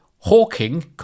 Hawking